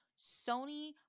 Sony